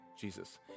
Jesus